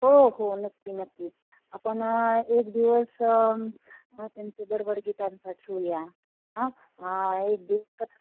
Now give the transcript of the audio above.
हो हो नक्की नक्की आपण एक दिवस त्यांचे बडबडगीतांचा ठेवूया हां एक दिवस क